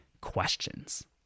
questions